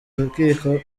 rukiko